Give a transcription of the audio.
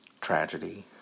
tragedy